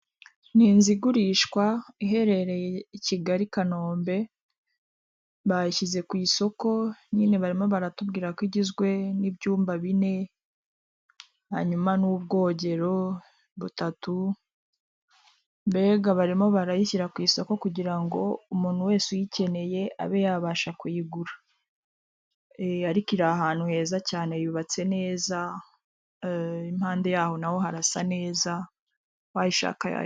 Ni inzu igurishwa iherereye i Kigali i Kanombe, bayishyize ku isoko nyine barimo baratubwira ko igizwe n'ibyumba bine, hanyuma n'ubwogero butatu, mbega barimo barayishyira ku isoko kugirango umuntu wese uyikeneye abe yabasha kuyigura, e ariko iri ahantu heza cyane yubatse neza, e impande yaho na ho harasa neza uwayishakaya ya.